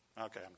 Okay